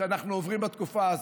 שאנחנו עוברים בתקופה הזו.